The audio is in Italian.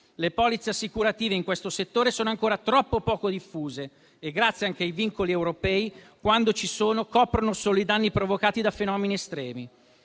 Le polizze assicurative in questo settore sono ancora troppo poco diffuse e, grazie anche ai vincoli europei, quando ci sono coprono solo i danni provocati da fenomeni estremi.